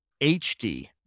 HD